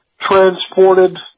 transported